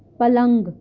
پلنگ